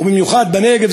ובמיוחד בנגב,